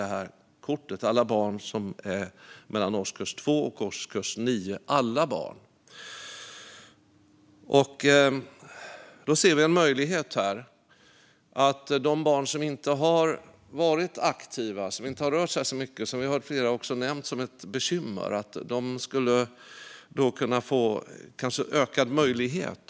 Det ska gälla för alla barn mellan årskurs 2 och årkurs 9. Vi ser här en möjlighet. Det gäller de barn som inte har varit aktiva och inte har rört sig så mycket. Flera har nämnt det som ett bekymmer. De skulle kanske få en ökad möjlighet.